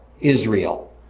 Israel